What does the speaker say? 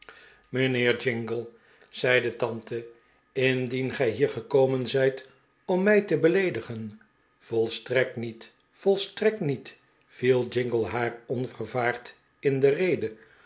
mijnheer jingle zei de tante indien gij hier gekomen zijt om mij te beleedigen volstrekt niet volstrekt niet viel jingle haar onvervaard in de rede